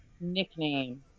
nickname